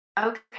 okay